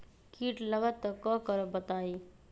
कीट लगत त क करब बताई?